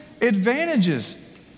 advantages